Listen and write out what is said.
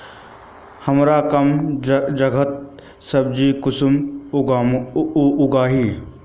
हमार कम जगहत सब्जी कुंसम उगाही?